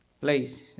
place